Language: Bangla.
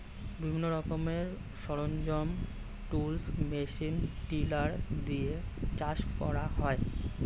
বিভিন্ন রকমের সরঞ্জাম, টুলস, মেশিন টিলার দিয়ে চাষ করা হয়